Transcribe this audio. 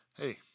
hey